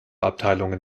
abteilungen